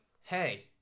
hey